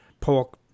pork